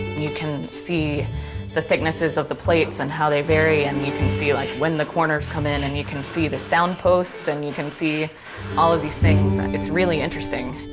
you can see the thicknesses of the plates and how they vary and you can see like when the corners come in and you can see the sound posts and you can see all of these things. it's really interesting.